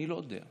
אני לא יודע.